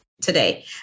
today